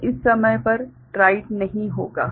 तो इस समय पर राइट नहीं होगा